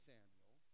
Samuel